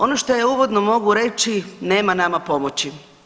Ono što ja uvodno mogu reći, nema nama pomoći.